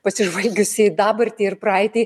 pasižvalgius į dabartį ir praeitį